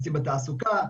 מוצאים בתעסוקה,